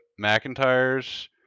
McIntyres